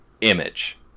image